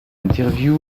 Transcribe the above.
interview